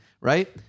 right